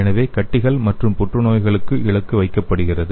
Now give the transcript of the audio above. எனவே கட்டிகள் மற்றும் புற்றுநோய்களுக்கு இலக்கு வைக்கப்படுகிறது